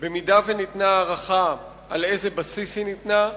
אם ניתנה הארכה, על איזה בסיס היא ניתנה?